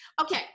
Okay